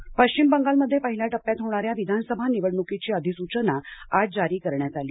निवडणक पश्चिम बंगालमध्ये पहिल्या टप्प्यात होणाऱ्या विधानसभा निवडणुकीची अधिसूचना आज जारी करण्यात आली